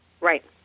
Right